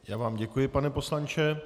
Já vám děkuji, pane poslanče.